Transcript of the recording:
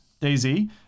Daisy